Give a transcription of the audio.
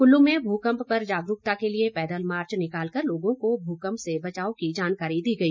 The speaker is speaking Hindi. कुल्लू में भूकंप पर जागरूकता के लिए पैदल मार्च निकाल कर लोगों को भूकंप से बचाव की जानकारी दी गई